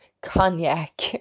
cognac